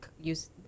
use